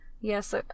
yes